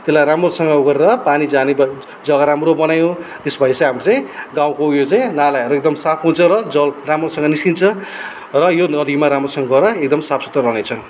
त्यसलाई राम्रोसँग उ गरेर पानी जाने जग्गा राम्रो बनायो त्यसपछि चाहिँ अब चाहिँ गाउँको उयो चाहिँ नालाहरू एकदम साफ हुन्छ र जल राम्रोसँग निस्किन्छ र यो नदीमा राम्रोसँग गएर एकदम साफ सुथ्रा रहनेछ